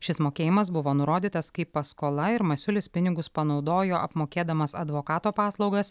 šis mokėjimas buvo nurodytas kaip paskola ir masiulis pinigus panaudojo apmokėdamas advokato paslaugas